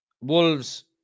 Wolves